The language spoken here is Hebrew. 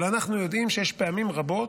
אבל אנחנו יודעים שיש פעמים רבות,